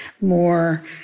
more